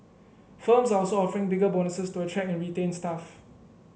firms are also offering bigger bonuses to attract and retain staff